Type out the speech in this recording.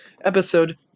episode